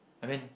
I mean